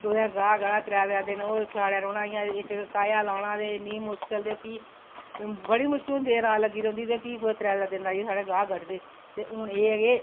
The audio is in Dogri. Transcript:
कुत्थें गाह् गाह्ना ओह् त्रैह् त्रैह् दिन ते खलाड़े रौह्ना ते इंया इक्क इक्क काहेआ लाना ते भी बड़ी मुश्कल होंदी ते रात लग्गी दी रौहंदी ते भी कुदै त्रै त्रै दिन लाइयै साढ़े गाह् गढ़दे ते हून एह् ऐ कि